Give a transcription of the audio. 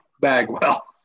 Bagwell